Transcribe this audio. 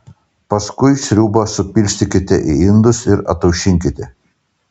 paskui sriubą supilstykite į indus ir ataušinkite